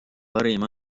parim